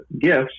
gifts